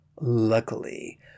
Luckily